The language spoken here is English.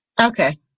Okay